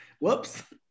Whoops